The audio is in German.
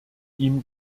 ihm